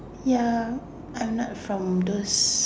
ya I'm not from those